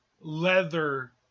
leather